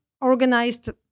organized